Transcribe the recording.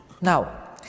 now